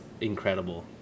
incredible